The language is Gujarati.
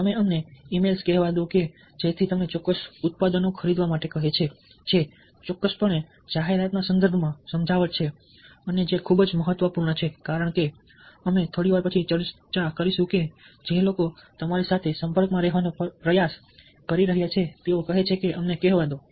તમે અમને ઇ મેલ્સ કહેવા દો કે જેથી તમને ચોક્કસ ઉત્પાદનો ખરીદવા માટે કહે છે જે ચોક્કસપણે જાહેરાતના સંદર્ભમાં સમજાવટ છે અને જે ખૂબ જ મહત્વપૂર્ણ છે કારણ કે અમે થોડી વાર પછી ચર્ચા કરીશું જે લોકો તમારી સાથે સંપર્કમાં રહેવાનો પ્રયાસ કરી રહ્યા છે તેઓ કહે છે કે અમને કહેવા દો